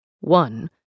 one